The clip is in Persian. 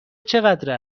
چقدر